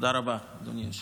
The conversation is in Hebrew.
תודה רבה, אדוני היושב-ראש.